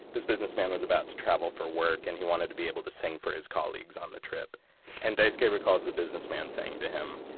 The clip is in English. this businessman was about to travel for work, and he wanted to be able to sing for his colleagues on the trip and daisuke recalls the businessman saying to him,